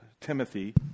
Timothy